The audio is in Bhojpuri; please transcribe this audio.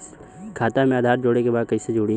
खाता में आधार जोड़े के बा कैसे जुड़ी?